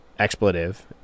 Expletive